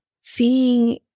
seeing